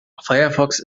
firefox